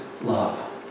love